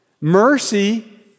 Mercy